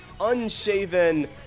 unshaven